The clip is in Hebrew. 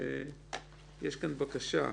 יש כאן בקשה.